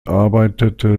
arbeitete